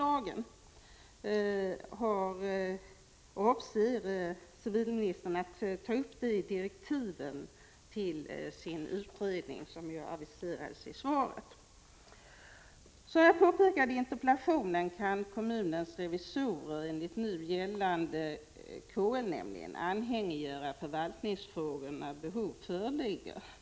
Har civilministern för avsikt att ta upp denna möjlighet i direktiven till den utredning som aviseras i svaret? Som jag påpekade i interpellationen kan kommunens revisorer enligt nu gällande KL anhängiggöra förvaltningsfrågor när behov föreligger.